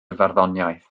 farddoniaeth